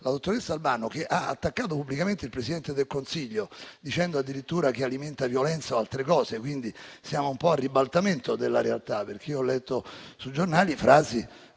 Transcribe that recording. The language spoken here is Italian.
La dottoressa Albano ha attaccato pubblicamente il Presidente del Consiglio dicendo addirittura che alimenta violenza o altre cose. Siamo quindi al ribaltamento della realtà. Ho letto sui giornali frasi